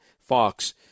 Fox